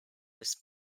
was